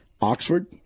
Oxford